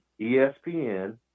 ESPN